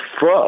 fuck